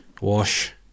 Wash